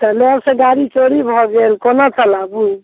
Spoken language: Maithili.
चौराहा सँ गाड़ी चोरी भऽ गेल कोना कऽ आबू